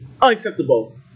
Unacceptable